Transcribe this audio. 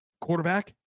quarterback